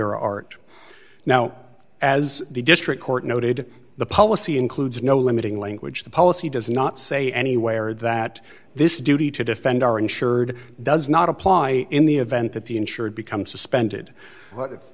our art now as the district court noted the policy includes no limiting language the policy does not say anywhere that this duty to defend our insured does not apply in the event that the insured becomes suspended